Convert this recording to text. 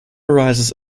rises